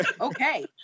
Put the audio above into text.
Okay